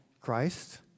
Christ